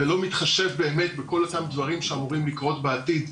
ולא מתחשב באמת בכל אותם דברים שאמורים לקרות בעתיד,